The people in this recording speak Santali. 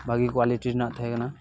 ᱵᱷᱟᱹᱜᱤ ᱠᱳᱣᱟᱞᱤᱴᱤ ᱨᱮᱱᱟᱜ ᱛᱟᱦᱮᱸ ᱠᱟᱱᱟ